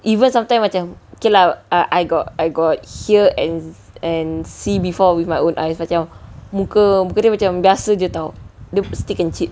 even sometimes macam okay lah I got I got hear and and see before with my own eyes macam muka dia macam biasa jer [tau] still can cheat